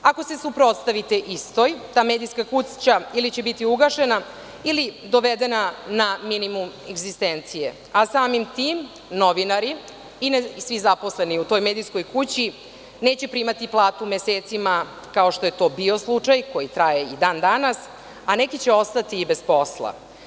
Ako se suprotstavite istoj, ta medijska kuća, ili će biti ugašena, ili dovedena na minimum egzistencije, a samim tim novinari i svi zaposleni u toj medijskoj kući neće primati platu mesecima, kao što je to bio slučaj koji traje i dan danas, a neki će ostati i bez posla.